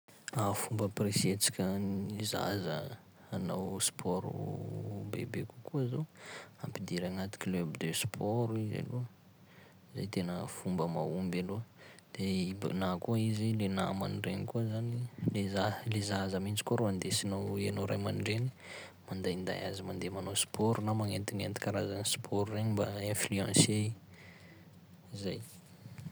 Fomba ampirisihantsika ny zaza hanao sport bebe kokoa zao: ampidiry agnaty club de sport i aloha zay tena fomba mahomby aloha, de ib- na koa izy le namany regny koa zany, ezahy le zaza mitsy koa ro andesinao enao ray aman-dreny mandainday azy mandeha manao sport na magnentignenty karazany sport regny mba influencé i, zay.